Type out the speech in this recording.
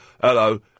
Hello